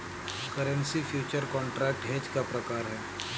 currency future contract hedge का प्रकार है